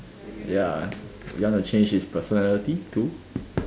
ya you want to change his personality to